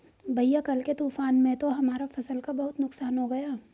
भैया कल के तूफान में तो हमारा फसल का बहुत नुकसान हो गया